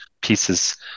pieces